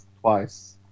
twice